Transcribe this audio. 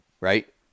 right